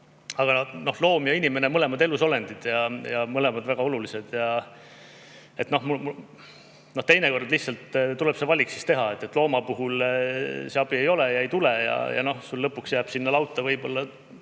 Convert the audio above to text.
loom ja inimene – mõlemad on elusolendid ja mõlemad väga olulised. Teinekord lihtsalt tuleb see valik teha, et looma puhul seda abi ei ole ja ei tule ning lõpuks jääb sul sinna lauta võib-olla